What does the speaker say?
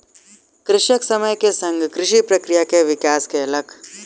कृषक समय के संग कृषि प्रक्रिया के विकास कयलक